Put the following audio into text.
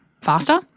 faster